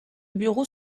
bureau